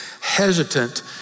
hesitant